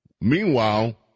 Meanwhile